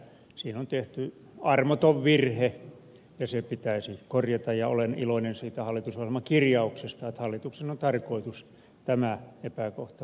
siinä on tehty armoton virhe ja se pitäisi korjata ja olen iloinen siitä hallitusohjelman kirjauksesta että hallituksen on tarkoitus tämä epäkohta poistaa